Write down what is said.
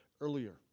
earlier